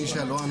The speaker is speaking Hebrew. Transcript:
זה לא הם.